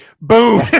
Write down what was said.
Boom